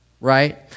right